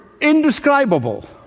indescribable